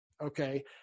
okay